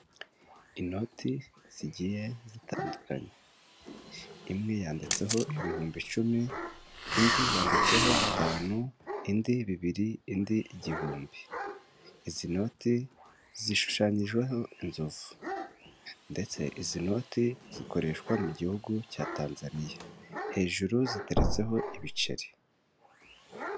Inoti zigiye zitandukanye imwe yanditseho ibihumbi icumi indi yanditseho bitanu, indi bibiri, indi igihumbi, izi noti zishushanyijweho inzovu, ndetse izi noti zikoreshwa mu gihugu cya Tanzaniya hejuru ziteretseho ibiceri.